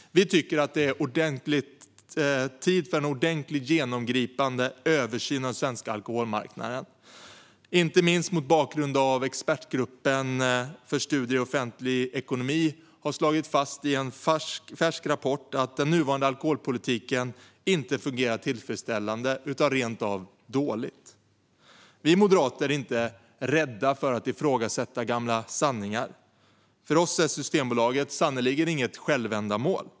Vi tycker att det är tid för en ordentlig, genomgripande översyn av den svenska alkoholmarknaden, inte minst mot bakgrund av att Expertgruppen för studier i offentlig ekonomi i en färsk rapport har slagit fast att den nuvarande alkoholpolitiken inte fungerar tillfredsställande utan rent av dåligt. Vi moderater är inte rädda för att ifrågasätta gamla sanningar. För oss är Systembolaget sannerligen inget självändamål.